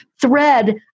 thread